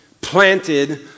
planted